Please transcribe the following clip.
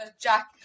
Jack